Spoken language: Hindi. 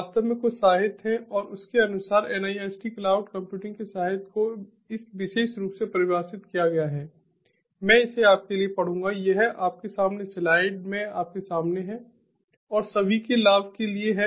वास्तव में कुछ साहित्य है और उसके अनुसार NIST क्लाउड कंप्यूटिंग के साहित्य को इस विशेष रूप से परिभाषित किया गया है मैं इसे आपके लिए पढ़ूंगा यह आपके सामने स्लाइड में आपके सामने है और सभी के लाभ के लिए है